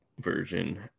version